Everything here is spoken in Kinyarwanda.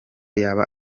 yaba